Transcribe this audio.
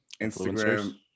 Instagram